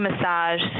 massage